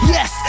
Yes